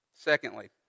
Secondly